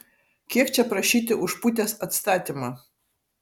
kiek čia prašyti už putės atstatymą